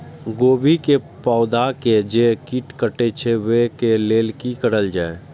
गोभी के पौधा के जे कीट कटे छे वे के लेल की करल जाय?